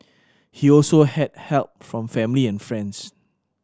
he also had help from family and friends